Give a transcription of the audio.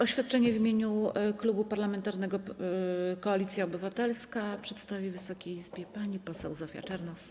Oświadczenie w imieniu Klubu Parlamentarnego Koalicja Obywatelska przedstawi Wysokiej Izbie pani poseł Zofia Czernow.